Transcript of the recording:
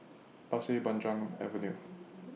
Pasir Panjang Avenue